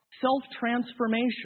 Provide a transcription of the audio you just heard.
Self-transformation